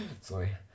Sorry